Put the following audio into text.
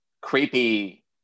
creepy